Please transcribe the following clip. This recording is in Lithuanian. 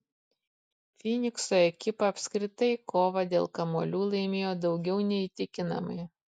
fynikso ekipa apskritai kovą dėl kamuolių laimėjo daugiau nei įtikinamai